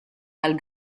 tal